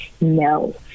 no